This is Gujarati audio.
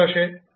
તો શું થશે